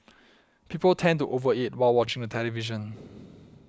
people tend to over eat while watching the television